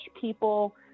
people